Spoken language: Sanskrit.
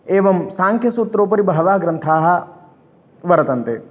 एवं साङ्ख्यसूत्रोपरि बहवः ग्रन्थाः वर्तन्ते